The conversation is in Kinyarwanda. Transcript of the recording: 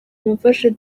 mumfashe